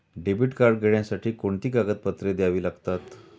Debit card घेण्यासाठी कोणती कागदपत्रे द्यावी लागतात?